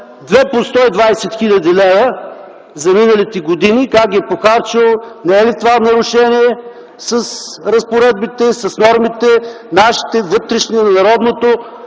по 120 хил. лв. за миналите години, как ги е похарчил, не е ли това нарушение с разпоредбите, с нашите, вътрешните норми на Народното